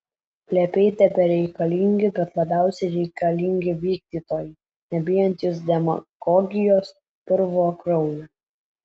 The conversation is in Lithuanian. plepiai tebereikalingi bet labiausiai reikalingi vykdytojai nebijantys demagogijos purvo kraujo